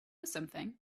something